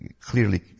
Clearly